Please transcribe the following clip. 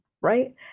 right